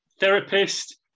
therapist